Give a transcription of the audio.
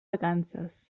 vacances